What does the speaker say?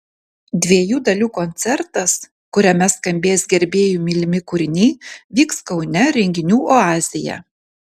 dviejų dalių koncertas kuriame skambės gerbėjų mylimi kūriniai vyks kaune renginių oazėje